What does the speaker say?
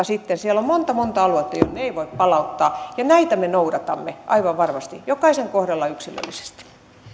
sitten siellä on monta monta aluetta jonne ei voi palauttaa ja näitä me noudatamme aivan varmasti jokaisen kohdalla yksilöllisesti